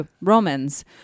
Romans